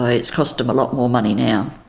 ah it's cost them a lot more money now.